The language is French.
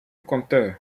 conteur